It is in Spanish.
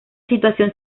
situación